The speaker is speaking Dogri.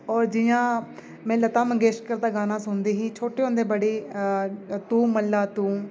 होर जि'यां में लता मगेश्कर दा गाना सुनदी ही छोट्टे होंदे बड़ी अ तूं मल्ला तूं